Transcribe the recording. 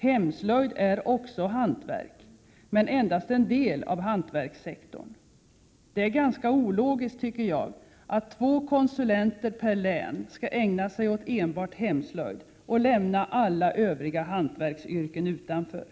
Hemslöjd är också hantverk — men endast en del av hantverkssektorn. Det är ganska ologiskt, tycker jag, att två konsulenter per län skall ägna sig åt enbart hemslöjd och lämna alla övriga hantverksyrken utanför.